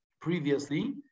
previously